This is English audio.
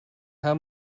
how